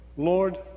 Lord